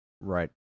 right